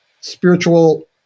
spiritual